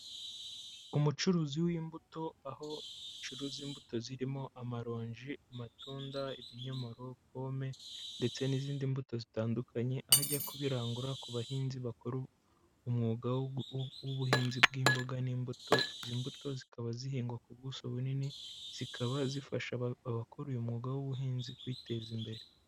Umucuruzi w'imbuto, aho acuruza imbuto zirimo amaronji, amatunda, ibinyomoro, pome ndetse n'izindi mbuto zitandukanye, aho ajya kubirangura ku bahinzi bakora umwuga w'ubuhinzi bw'imboga n'imbuto. Izi mbuto zikaba zihingwa ku buso bunini, zikaba zifasha abakora uyu umwuga w'ubuhinzi kwiteza imbere.